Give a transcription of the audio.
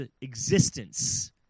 existence